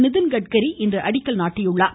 நிதின்கட்கரி இன்று அடிக்கல் நாட்டினார்